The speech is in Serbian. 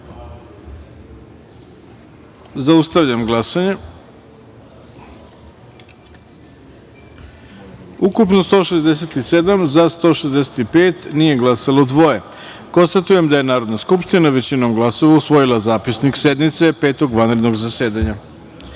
taster. Zaustavljam glasanje: ukupno - 167, za – 165, nije glasalo - dvoje. Konstatujem da je Narodna skupština većinom glasova usvojila Zapisnik sednice Petog vanrednog zasedanja. Poštovane